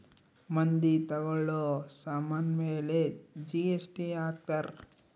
ಮಂದಿ ತಗೋಳೋ ಸಾಮನ್ ಮೇಲೆ ಜಿ.ಎಸ್.ಟಿ ಹಾಕ್ತಾರ್